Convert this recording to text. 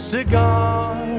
Cigar